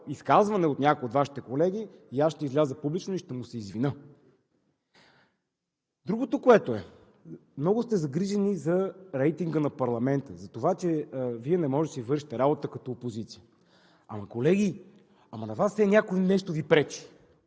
изказване на някой от Вашите колеги, аз ще изляза публично и ще му се извиня! Другото, което е. Много сте загрижени за рейтинга на парламента, за това че не можете да си вършите работата като опозиция. Ама, колеги, на Вас все някой нещо Ви пречи